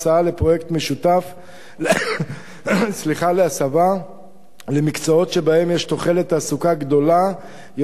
לפרויקט משותף להסבה למקצועות שבהם יש תוחלת תעסוקה גדולה יותר,